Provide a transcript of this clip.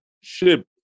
ship